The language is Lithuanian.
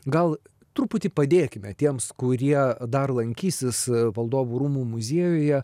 gal truputį padėkime tiems kurie dar lankysis valdovų rūmų muziejuje